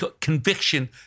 conviction